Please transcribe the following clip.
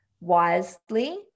wisely